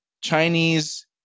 Chinese